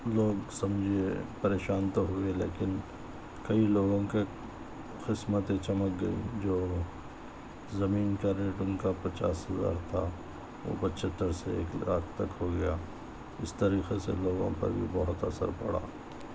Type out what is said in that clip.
لوگ سمجھیے پریشان تو ہوئے لیکن کئی لوگوں کے قسمتیں چمک گئیں جو زمین کا ریٹ ان کا پچاس ہزار تھا وہ پچھتر سے ایک لاکھ تک ہو گیا اس طریقے سے لوگوں پر بھی بہت اثر پڑا